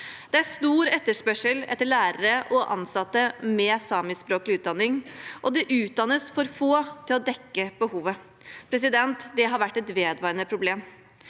Det er stor etterspørsel etter lærere og ansatte med samiskspråklig utdanning, og det utdannes for få til å dekke behovet. Det har vært et vedvarende problem.